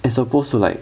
as opposed to like